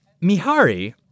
Mihari